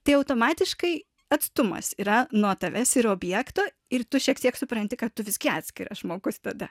tai automatiškai atstumas yra nuo tavęs ir objekto ir tu šiek tiek supranti kad tu visgi atskiras žmogus tada